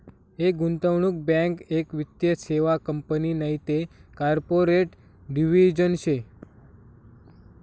एक गुंतवणूक बँक एक वित्तीय सेवा कंपनी नैते कॉर्पोरेट डिव्हिजन शे